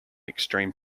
extreme